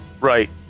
right